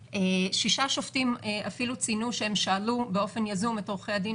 שישה שופטים אפילו ציינו שהם שאלו באופן יזום את עורכי הדין